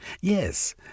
Yes